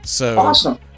Awesome